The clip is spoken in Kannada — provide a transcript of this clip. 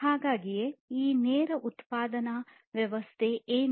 ಹಾಗಾದರೆ ಈ ನೇರ ಉತ್ಪಾದನಾ ವ್ಯವಸ್ಥೆ ಏನು